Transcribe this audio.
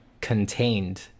contained